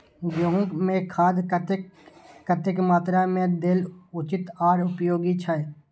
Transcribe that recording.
गेंहू में खाद कतेक कतेक मात्रा में देल उचित आर उपयोगी छै?